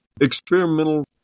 experimental